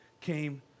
came